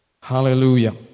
Hallelujah